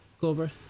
Cobra